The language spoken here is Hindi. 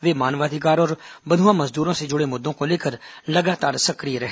वे मानवाधिकार और बंधुआ मजदूरों से जुड़े मुद्दों को लेकर लगातार सक्रिय रहे